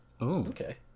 okay